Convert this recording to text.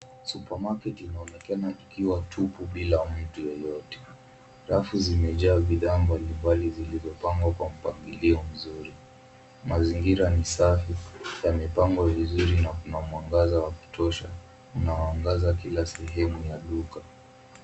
Supermarket imeonekana ikiwa tupu bila mtu yeyote. Rafu zimejaa bidhaa mbalimbali zilizopangwa kwa mpangilio mzuri. Mazingira ni safi, yamepangwa vizuri na kuna mwangaza wa kutosha unaoangaza kila sehemu ya duka.